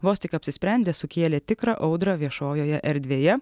vos tik apsisprendė sukėlė tikrą audrą viešojoje erdvėje